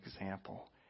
example